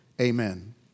Amen